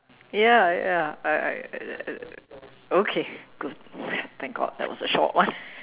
ya ya I I uh okay good thank God that was a short one